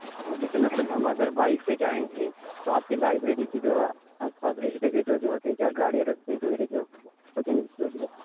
ہاں جیسے مطلب ہم اگر بائک سے جائیں گے تو آپ کے لائیبریری کی جو آس پاس جو ہوتے ہیں گاڑی رکھتے ہیں کہ میری جو